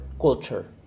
culture